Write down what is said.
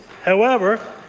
however,